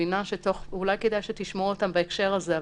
אולי כדאי שתשמעו אותם בהקשר הזה.